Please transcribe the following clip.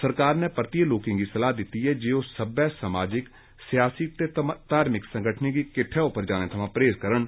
सरकार नै परतियै लोकें गी सलाह दित्ती ऐ जे ओ सब्बे सामाजिक सियासी ते धार्मिक संगठनें दे किट्ठ उप्पर जाने थमां परहेज करन